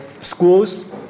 schools